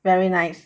very nice